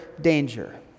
danger